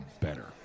better